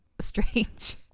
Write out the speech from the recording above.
strange